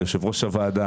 על יושב ראש הוועדה,